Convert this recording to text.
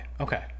Okay